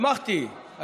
שמחתי,